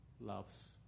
loves